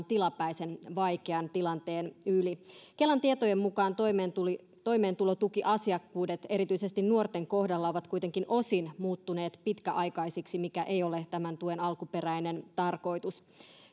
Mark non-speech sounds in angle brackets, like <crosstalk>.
<unintelligible> tilapäisen vaikean tilanteen yli kelan tietojen mukaan toimeentulotukiasiakkuudet erityisesti nuorten kohdalla ovat kuitenkin osin muuttuneet pitkäaikaisiksi mikä ei ole tämän tuen alkuperäinen tarkoitus